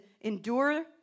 endure